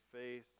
faith